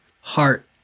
heart